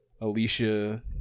alicia